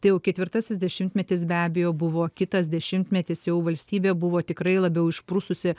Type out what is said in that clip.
tai jau ketvirtasis dešimtmetis be abejo buvo kitas dešimtmetis jau valstybė buvo tikrai labiau išprususi